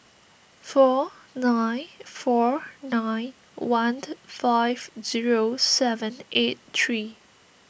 four nine four nine one five zero seven eight three